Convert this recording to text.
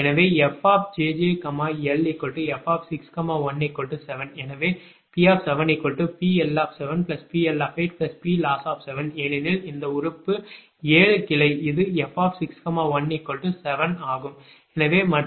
எனவேfjjlf617 எனவே P7PL7PL8Ploss7 ஏனெனில் இந்த உறுப்பு 7 கிளை இது f617 ஆகும்